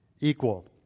equal